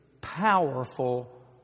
powerful